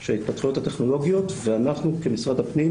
של ההתפתחויות הטכנולוגיות ואנחנו כמשרד הפנים